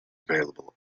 available